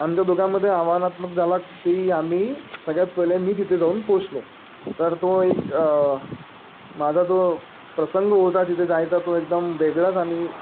आमच्या दोघांमध्ये आव्हानात्मक झाला ती आम्ही सगळ्यात पहिले मी तिथे जाऊन पोचलो तर तो एक माझा जो प्रसंग होता तिथे जायचा तो एकदम वेगळाच आणि